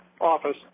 office